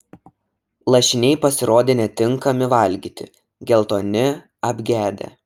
lašiniai pasirodė netinkami valgyti geltoni apgedę